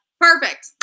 Perfect